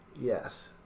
Yes